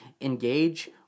engage